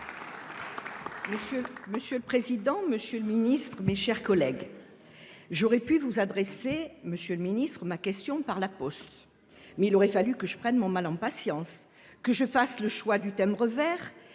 Monsieur le président, Monsieur le Ministre, mes chers collègues. J'aurais pu vous adresser, monsieur le ministre ma question par la Poste. Mais il aurait fallu que je prenne mon mal en patience. Que je fasse le choix du thème revers